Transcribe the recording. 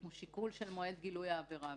הוא שיקול של מועד גילוי העבירה.